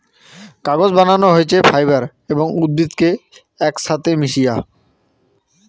কাগজ বানানো হইছে ফাইবার এবং উদ্ভিদ কে একছাথে মিশায়া